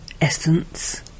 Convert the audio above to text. Essence